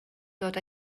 dod